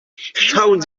schauen